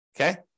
okay